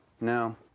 No